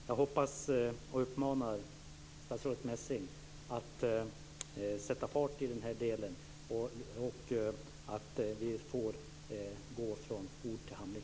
Jag uppmanar statsrådet Messing att sätta fart i den här delen så att vi får gå från ord till handling.